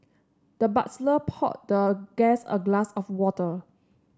the butler poured the guest a glass of water